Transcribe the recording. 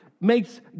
makes